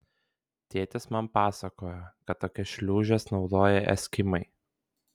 tėtis man pasakojo kad tokias šliūžes naudoja eskimai